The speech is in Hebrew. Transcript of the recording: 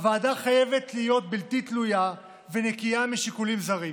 הוועדה חייבת להיות בלתי תלויה ונקייה משיקולים זרים.